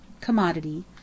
commodity